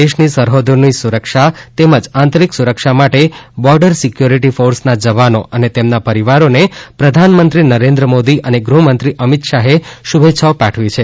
દેશની સરહદોની સુરક્ષા તેમજ આંતરિક સુરક્ષા માટે બોર્ડર સિક્યુરિટી ફોર્સના જવાનો અને તેમના પરિવારોને પ્રધાનમંત્રી નરેન્દ્ર મોદી અને ગૃહમંત્રી અમિત શાહે શુભેચ્છાઓ પીઠવી છે